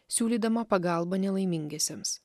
siūlydama pagalbą nelaimingiesiems